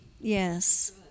Yes